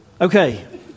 Okay